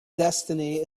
destiny